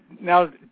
now